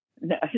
no